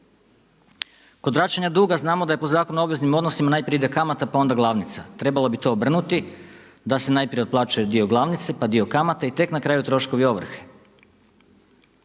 Kod vraćanja duga znamo da je po Zakonu o obveznim odnosima najprije ide kamata pa onda glavnica, trebalo bi to obrnuti da se najprije otplaćuje dio glavnice, pa dio kamate i tek na kraju troškovi ovrhe.